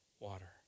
Water